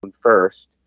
first